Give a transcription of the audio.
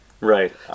right